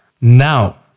now